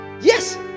yes